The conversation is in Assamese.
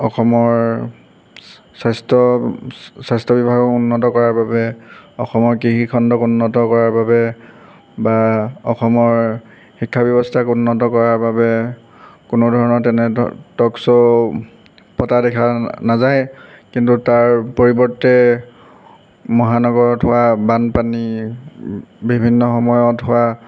অসমৰ স্বাস্থ্য স্বাস্থ্য বিভাগ উন্নত কৰাৰ বাবে অসমৰ কৃষি খণ্ড উন্নত কৰাৰ বাবে বা অসমৰ শিক্ষা ব্যৱস্থাক উন্নত কৰাৰ বাবে কোনো ধৰণৰ তেনে টক শ্ব' পতা দেখা নাযায় কিন্তু তাৰ পৰিৱৰ্তে মহানগৰত হোৱা বানপানী বিভিন্ন সময়ত হোৱা